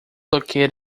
located